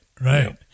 right